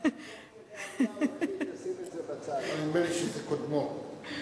אני חושב שזה של פואד,